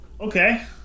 okay